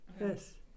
Yes